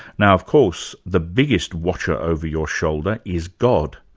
now of course the biggest watcher over your shoulder is god,